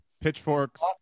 Pitchforks